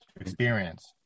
experience